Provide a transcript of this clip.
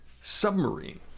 submarine